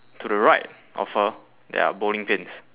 to the right of her there are bowling pins